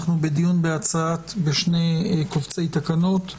אנחנו בדיון בשני קבצי תקנות: